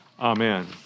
amen